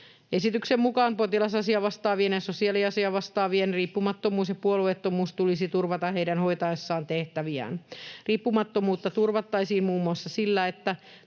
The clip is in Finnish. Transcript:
Esityksen mukaan potilasasiavastaavien ja sosiaaliasiavastaavien riippumattomuus ja puolueettomuus tulisi turvata heidän hoitaessaan tehtäviään. Riippumattomuutta turvattaisiin muun muassa sillä, että